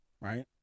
Right